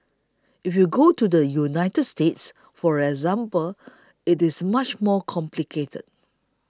if you go to the United States for example it is much more complicated